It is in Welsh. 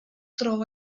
dro